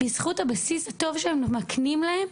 בזכות הבסיס הטוב שהם מקנים להם,